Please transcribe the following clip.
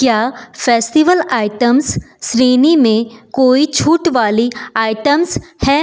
क्या festival items श्रेणी में कोई छूट वाली आइटम्स हैं